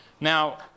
Now